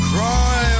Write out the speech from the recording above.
Cry